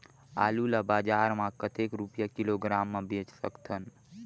आलू ला बजार मां कतेक रुपिया किलोग्राम म बेच सकथन?